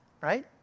right